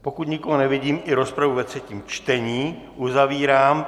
Pokud nikoho nevidím, i rozpravu ve třetím čtení uzavírám.